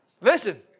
Listen